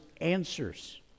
answers